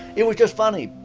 it was just funny!